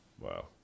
Wow